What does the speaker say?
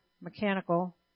mechanical